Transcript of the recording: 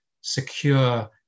secure